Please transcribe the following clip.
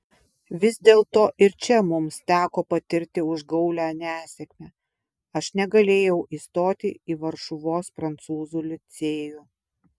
vis dėlto ir čia mums teko patirti užgaulią nesėkmę aš negalėjau įstoti į varšuvos prancūzų licėjų